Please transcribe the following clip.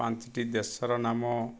ପାଞ୍ଚୋଟି ଦେଶର ନାମ